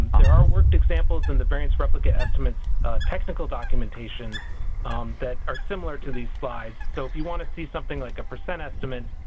there are worked examples in the variance replicate estimate's technical documentation that are similar to these slides. so if you want to see something, like, a percent estimate